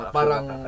parang